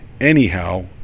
anyhow